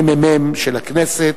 הממ"מ של הכנסת,